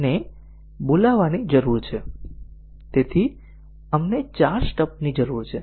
ને ક toલ કરવાની જરૂર છે આપણને ચાર સ્ટબ્સની જરૂર છે